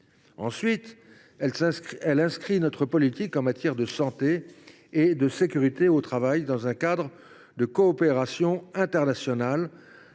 Ensuite, elle inscrira notre politique en matière de santé et de sécurité au travail dans un cadre de coopération internationale.